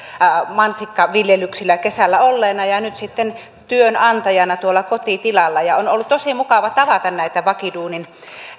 mansikkaviljelyksillä kesällä olleena ja nyt sitten työnantajana tuolla kotitilalla on ollut tosi mukava tavata näitä vakiduunin